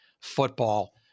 football